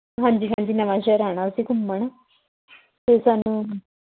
ਹਾਂਜੀ ਹਾਂਜੀ ਨਵਾਂ ਸ਼ਹਿਰ ਆਉਣਾ ਅਸੀਂ ਘੁੰਮਣ ਅਤੇ ਸਾਨੂੰ